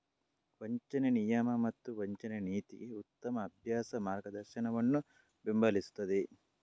ವಂಚನೆ ನಿಯಮ ಮತ್ತು ವಂಚನೆ ನೀತಿಗೆ ಉತ್ತಮ ಅಭ್ಯಾಸ ಮಾರ್ಗದರ್ಶನವನ್ನು ಬೆಂಬಲಿಸುತ್ತದೆ